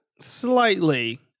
Slightly